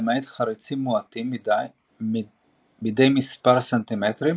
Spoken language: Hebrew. למעט חריצים מועטים מדי מספר סנטימטרים,